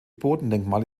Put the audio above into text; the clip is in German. bodendenkmale